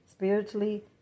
Spiritually